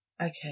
Okay